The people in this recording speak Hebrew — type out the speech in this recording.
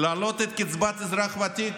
להעלות את קצבת אזרח ותיק